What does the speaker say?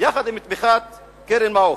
יחד עם תמיכת קרן "מעוף".